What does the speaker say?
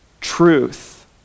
truth